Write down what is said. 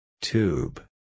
Tube